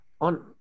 on –